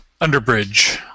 underbridge